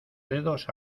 dedos